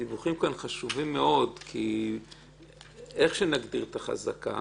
הדיווחים כאן חשובים מאוד כי איך שנגדיר את החזקה